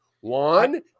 one